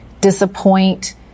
disappoint